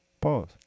Pause